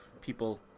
people